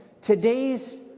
today's